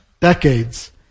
decades